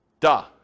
Duh